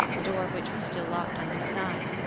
the door of which was still locked on this side.